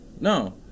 No